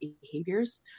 behaviors